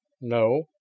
No